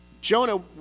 Jonah